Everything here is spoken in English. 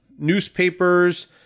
newspapers